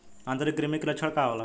आंतरिक कृमि के लक्षण का होला?